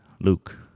Luke